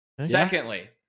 Secondly